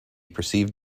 perceived